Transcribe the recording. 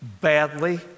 badly